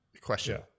Question